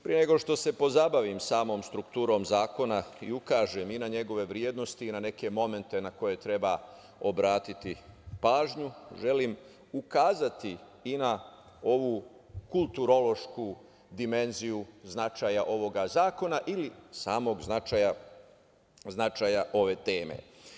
Pre nego što se pozabavim samom strukturom zakona i ukažem i na njegove vrednosti i na neke momente na koje treba obratiti pažnju, želim ukazati i na ovu kulturološku dimenziju značaja ovog zakona ili samog značaja ove teme.